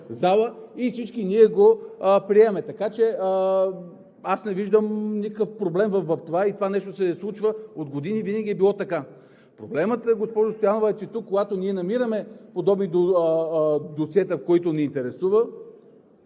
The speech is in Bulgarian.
зала и всички ние го приемаме. Така че аз не виждам никакъв проблем в това. Това нещо се случва от години, винаги е било така. Проблемът, госпожо Стоянова, е, че когато тук ние намираме подобно досие, което ни интересува,